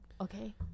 Okay